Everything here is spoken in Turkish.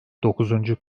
dokuzuncu